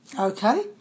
Okay